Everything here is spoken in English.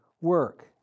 work